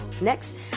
Next